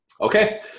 Okay